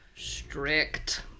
strict